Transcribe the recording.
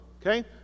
okay